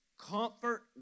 comfort